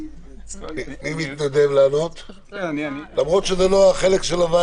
מי מתכוון לענות, למרות שזה לא החלק שלנו?